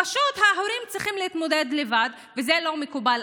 פשוט ההורים צריכים להתמודד לבד, וזה לא מקובל.